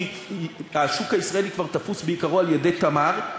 כי השוק הישראלי כבר תפוס בעיקרו על-ידי "תמר",